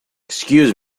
excuse